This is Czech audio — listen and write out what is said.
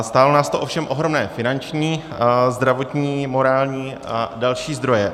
Stálo nás to ovšem ohromné finanční, zdravotní, morální a další zdroje.